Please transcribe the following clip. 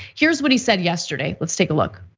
here's what he said yesterday, let's take a look.